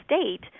state